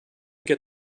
get